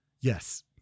Yes